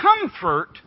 comfort